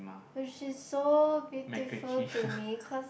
which is so beautiful to me cause